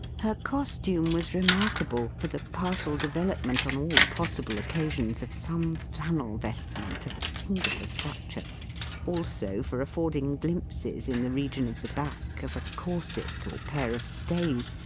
her costume was remarkable for the partial development on all possible occasions of some flannel vestment of a singular structure also for affording glimpses, in the region of the back, of a corset, or pair of stays,